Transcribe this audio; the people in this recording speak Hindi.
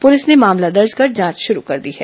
पुलिस ने मामला दर्ज कर जांच शुरू कर दी है